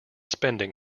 spending